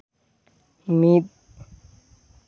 ᱢᱤᱫ